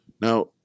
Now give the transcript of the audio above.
Now